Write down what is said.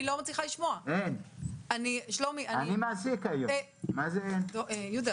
אני מעסיק היום, מה זה אין?